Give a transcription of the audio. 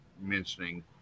mentioning